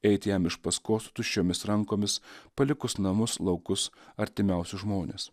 eiti jam iš paskos tuščiomis rankomis palikus namus laukus artimiausius žmones